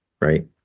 right